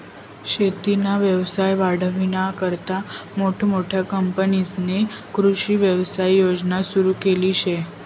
शेतीना व्यवसाय वाढावानीकरता मोठमोठ्या कंपन्यांस्नी कृषी व्यवसाय योजना सुरु करेल शे